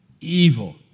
evil